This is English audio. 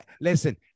listen